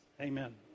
Amen